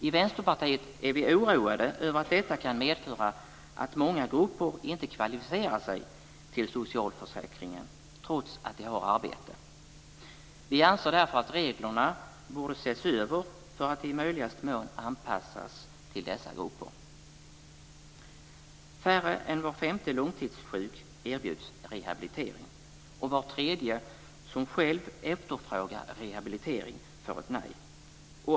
I Vänsterpartiet är vi oroade över att detta kan medföra att många grupper inte kvalificerar sig till socialförsäkringen trots att de har arbete. Vi anser därför att reglerna borde ses över för att i möjligaste mån anpassas till dessa grupper. Färre än var femte långtidssjuk erbjuds rehabilitering, och var tredje som själv efterfrågar rehabilitering får ett nej.